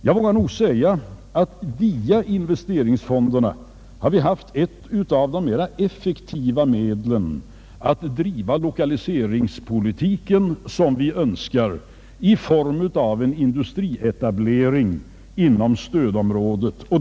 Jag vågar nog säga att via investeringsfonderna har vi haft ett av de mera effektiva medlen att driva lokaliseringspolitiken så som vi önskar i form av en industrietablering inom stödområdet.